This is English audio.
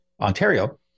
Ontario